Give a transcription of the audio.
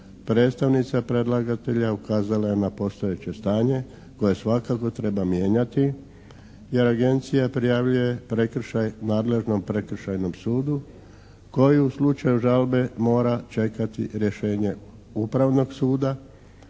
predstavnica predlagatelja ukazala je na postojeće stanje koje svakako treba mijenjati jer Agencije prijavljuje prekršaj nadležnom prekršajnom sudu koji u slučaju žalbe mora čekati rješenje upravnog suda.